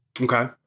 Okay